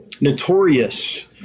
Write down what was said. notorious